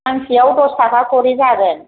फांसेयाव दसथाखा खरि जागोन